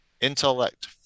Intellect